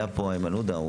היה פה איימן עודה.